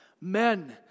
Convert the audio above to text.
Men